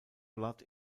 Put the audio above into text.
blood